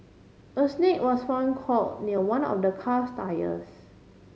a snake was found coil near one of the car's tyres